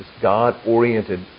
God-oriented